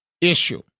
issue